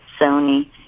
Sony